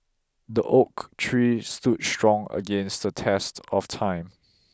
the oak tree stood strong against the test of time